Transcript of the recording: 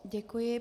Děkuji.